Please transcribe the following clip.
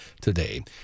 today